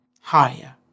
higher